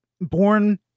born